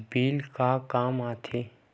Bill का काम आ थे?